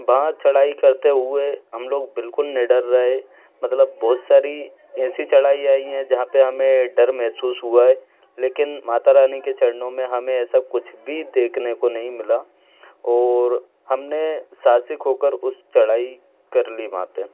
वहाँ चढ़ाई करते हुए हम लोग बिल्कुल निडर रहे मतलब बहुत सारी ऐसी चढ़ाई आई हैं जहाँ पर हमें डर महसूस हुआ है लेकिन माता रानी के चरणों में हमें ऐसा कुछ भी देखने को नहीं मिला और हमने साहसिक होकर उस चढ़ाई कर ली वहाँ पर